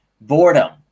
boredom